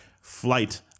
flight